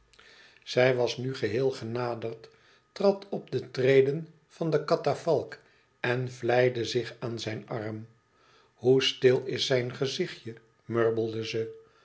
zij was nu geheel genaderd trad op de treden van de katafalk en vlijde zich aan zijn arm hoe stil is zijn gezichtje